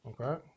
okay